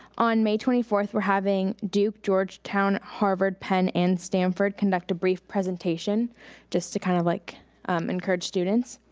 on may twenty fourth, we're having duke, georgetown, harvard, penn, and stanford conduct a brief presentation just to kind of like encourage students.